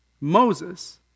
Moses